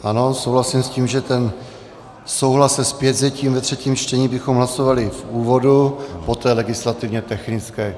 Ano, souhlasím s tím, že souhlas se zpětvzetím ve třetím čtení bychom hlasovali v úvodu, poté legislativně technické.